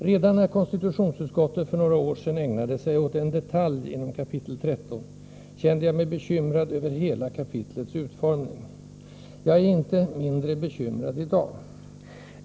Redan när konstitutionsutskottet för några år sedan ägnade sig åt en detalj inom kap. 13 kände jag mig bekymrad över hela kapitlets utformning. Jag är inte mindre bekymrad i dag.